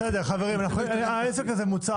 חברים, העסק הזה מוצה.